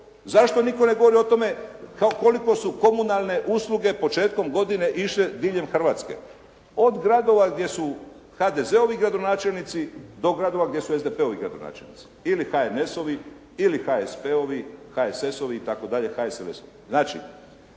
Zašto nitko ne govori o tome koliko su komunalne usluge početkom godine išle diljem Hrvatske od gradova gdje su HDZ-ovi gradonačelnici, do gradova gdje su SDP-ovi gradonačelnici, ili HNS-ovi, ili HSP-ovi, HSS-ovi itd., HSLS-ovi.